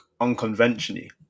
unconventionally